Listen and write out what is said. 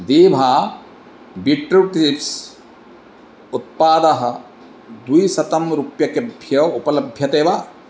वीभा beetroot chips उत्पादः द्विशतं रूप्यकेभ्यः उपलभ्यते वा